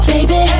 Baby